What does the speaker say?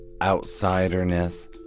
outsiderness